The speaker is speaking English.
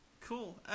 cool